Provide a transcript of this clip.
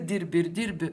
dirbi ir dirbi